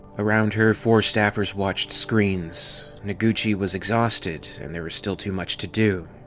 around her, four staffers watched screens. noguchi was exhausted, and there was still too much to do,